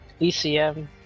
ECM